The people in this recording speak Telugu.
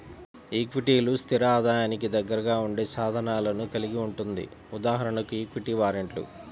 ఈక్విటీలు, స్థిర ఆదాయానికి దగ్గరగా ఉండే సాధనాలను కలిగి ఉంటుంది.ఉదాహరణకు ఈక్విటీ వారెంట్లు